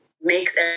makes